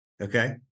Okay